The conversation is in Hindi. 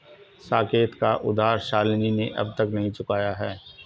साकेत का उधार शालिनी ने अब तक नहीं चुकाया है